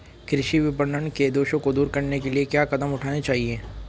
कृषि विपणन के दोषों को दूर करने के लिए क्या कदम उठाने चाहिए?